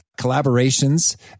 collaborations